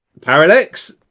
parallax